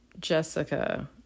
Jessica